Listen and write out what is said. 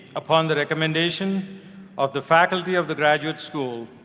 upon the recommendation of the faculty of the graduate school,